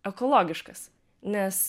ekologiškas nes